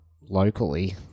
locally